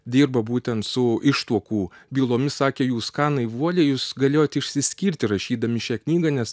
dirba būtent su ištuokų bylomis sakė jūs ką naivuoliai jūs galėjote išsiskirti rašydami šią knygą nes